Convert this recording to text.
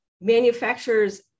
manufacturers